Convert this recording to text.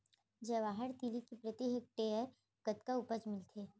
जवाहर तिलि के प्रति हेक्टेयर कतना उपज मिलथे?